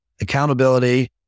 accountability